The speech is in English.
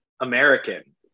American